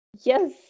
Yes